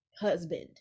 husband